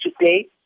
today